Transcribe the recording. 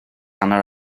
hanner